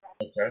Okay